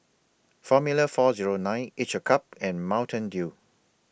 Formula four Zero nine Each A Cup and Mountain Dew